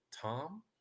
Tom